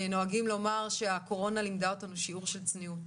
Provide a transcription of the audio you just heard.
נוהגים לומר שהקורונה לימדה אותנו שיעור של צניעות,